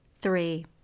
three